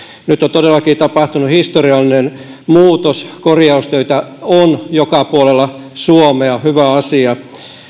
nyt on todellakin tapahtunut historiallinen muutos korjaustöitä on joka puolella suomea hyvä asia